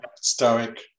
stoic